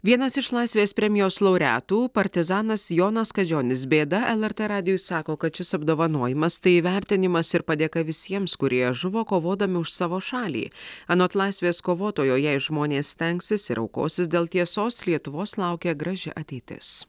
vienas iš laisvės premijos laureatų partizanas jonas kadžionis bėda lrt radijui sako kad šis apdovanojimas tai įvertinimas ir padėka visiems kurie žuvo kovodami už savo šalį anot laisvės kovotojo jei žmonės stengsis ir aukosis dėl tiesos lietuvos laukia graži ateitis